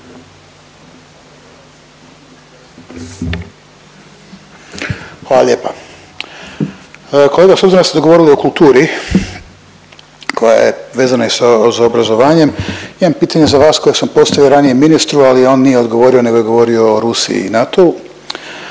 Hvala lijepo. Kolega, s obzirom da ste govorili o kulturi, koja je vezana i sa, za obrazovanjem, imam pitanje za vas kojeg sam postavio ranije ministru, ali on nije odgovorio nego je govorio o Rusiji i NATO-u,